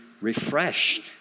refreshed